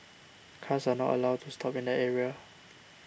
cars are not allowed to stop in that area